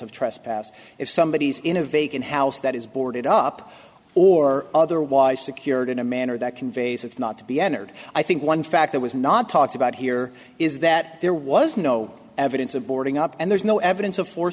of trespass if somebody is in a vacant house that is boarded up or otherwise secured in a manner that conveys it's not to be entered i think one fact that was not talked about here is that there was no evidence of boarding up and there's no evidence of for